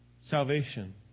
salvation